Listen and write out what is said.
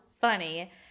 funny